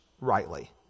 rightly